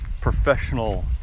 professional